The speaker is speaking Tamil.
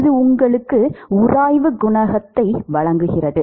இது உங்களுக்கு உராய்வு குணகத்தை வழங்குகிறது